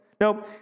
Now